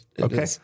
Okay